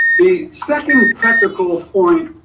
the second practical point